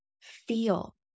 feel